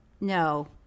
no